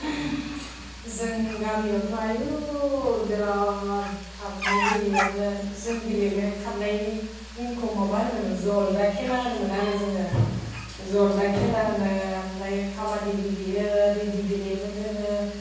जोंनि गामियावथ' आयु बिराद खारनाय गेलेयोमोन जों गेलेग्रा खारनायनि मुंखौ माबा होनोमोन जल दा खेला होनोमोन आरो जोङो जलदा खेला होनो आमफाय काबादि गेलेयो रिदि गेलेयोमोन जोङो